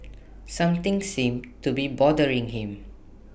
something seems to be bothering him